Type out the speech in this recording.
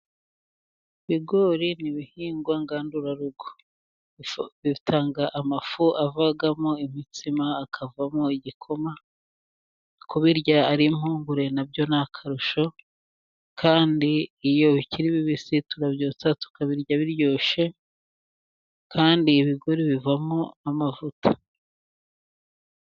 Ibigori ni ibihingwa ngandurarugo, bitanga amafu avamo imitsima, akavamo igikoma, kubirya ari impungure na byo ni akarushyo, kandi iyo bikiri bibisi turabyotsa tukabirya biryoshye, kandi ibigori bivamo amavuta.